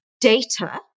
data